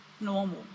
normal